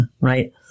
right